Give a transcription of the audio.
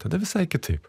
tada visai kitaip